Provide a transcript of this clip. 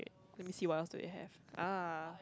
let me see what else do they have ah